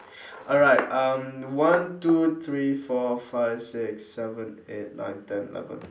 alright um one two three four five six seven eight nine ten eleven